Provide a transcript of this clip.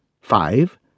five